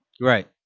Right